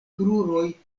kruroj